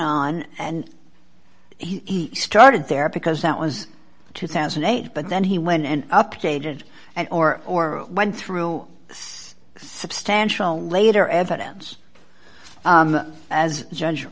on and he started there because that was two thousand and eight but then he went and updated and or or went through a substantial later evidence as judge